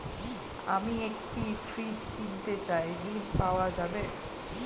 আমি একটি ফ্রিজ কিনতে চাই ঝণ পাওয়া যাবে?